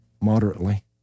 moderately